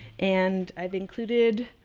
and i've included